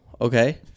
okay